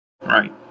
Right